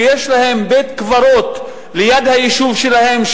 שיש להם בית-קברות ליד היישוב שלהם,